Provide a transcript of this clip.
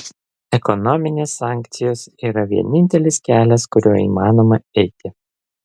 ekonominės sankcijos yra vienintelis kelias kuriuo įmanoma eiti